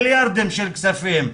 מיליארדים של כספים,